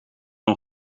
nog